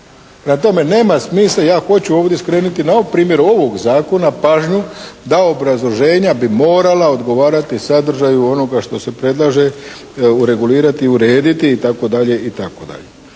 tome, nema smisla, ja hoću ovdje skrenuti na primjeru ovog Zakona pažnju da obrazloženja bi morala odgovarati sadržaju onoga što se predlaže uregulirati, urediti itd., itd.